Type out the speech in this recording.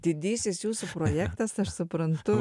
didysis jūsų projektas aš suprantu